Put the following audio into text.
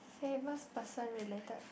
famous person related